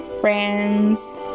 friends